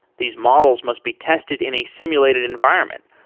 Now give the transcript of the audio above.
these models must be tested in a simulated environment,